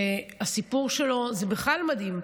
שהסיפור שלו בכלל מדהים,